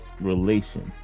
relations